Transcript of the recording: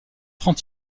franc